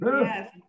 Yes